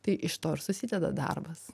tai iš to ir susideda darbas